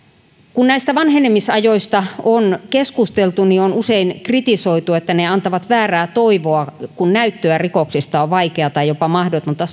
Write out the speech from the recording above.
kun näistä vanhenemisajoista on keskusteltu niin usein on kritisoitu että ne antavat väärää toivoa kun näyttöä rikoksista on vaikeaa tai jopa mahdotonta